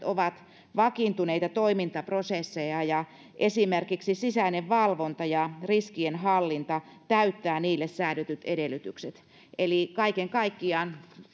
ovat vakiintuneita toimintaprosesseja ja esimerkiksi sisäinen valvonta ja riskienhallinta täyttävät niille säädetyt edellytykset eli kaiken kaikkiaan